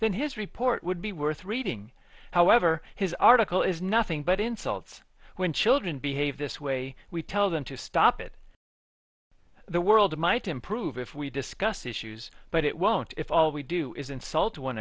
then his report would be worth reading however his article is nothing but insults when children behave this way we tell them to stop it the world might improve if we discuss issues but it won't if all we do is insult